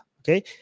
okay